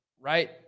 right